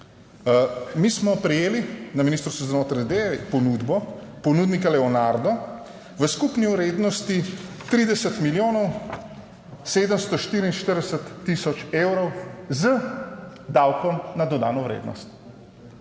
Mi smo prejeli na Ministrstvu za notranje zadeve ponudbo ponudnika Leonardo v skupni vrednosti 30 milijonov 744 tisoč evrov z davkom na dodano vrednost,